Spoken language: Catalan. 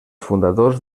fundadors